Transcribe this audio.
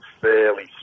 fairly